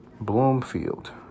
bloomfield